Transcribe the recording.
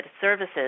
services